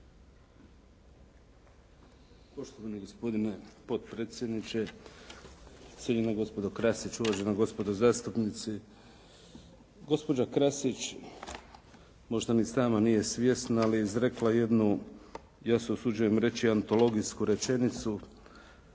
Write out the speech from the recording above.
Poštovani gospodine potpredsjedniče, cijenjena gospođo Krasić, uvažena gospodo zastupnici. Gospođa Krasić možda ni sama nije svjesna ali izrekla je jednu, ja se usuđujem reći, antologijsku rečenicu,